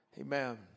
Amen